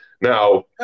Now